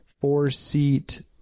four-seat